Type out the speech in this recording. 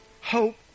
hope